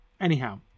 anyhow